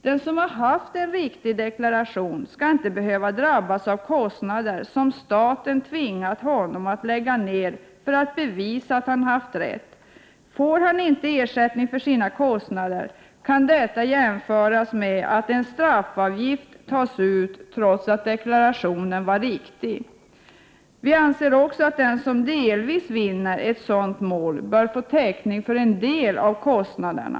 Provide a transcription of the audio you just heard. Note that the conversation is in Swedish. Den som har inlämnat en korrekt deklaration skall inte behöva drabbas av kostnader som staten tvingat honom att lägga ned för att bevisa att han haft rätt. Får inte den skattskyldige ersättning för sina kostnader, kan detta jämföras med att det tas ut en straffavgift, trots att deklarationen var korrekt. Vi anser också att den som delvis vinner ett skattemål bör få ersättning för en del av kostnaderna.